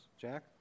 Jack